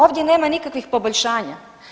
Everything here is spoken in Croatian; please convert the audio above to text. Ovdje nema nikakvih poboljšanja.